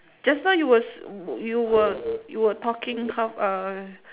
just now you was you were you were talking h~ uh